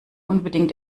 unbedingt